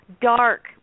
dark